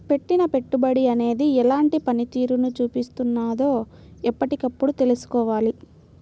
పెట్టిన పెట్టుబడి అనేది ఎలాంటి పనితీరును చూపిస్తున్నదో ఎప్పటికప్పుడు తెల్సుకోవాలి